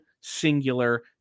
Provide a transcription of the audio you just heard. singular